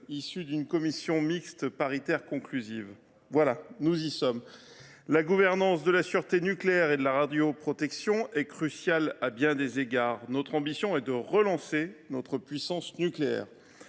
travaux d’une commission mixte paritaire conclusive. Voilà, nous y sommes ! La gouvernance de la sûreté nucléaire et de la radioprotection est cruciale à bien des égards. Notre ambition est de relancer notre puissance nucléaire.